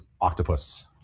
Octopus